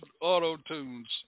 auto-tunes